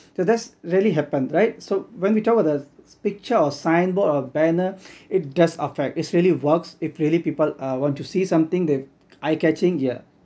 so that's really happened right so when we talk about the picture or signboard or banner it does affects it's really works if really people uh want to see something the eye catching yeah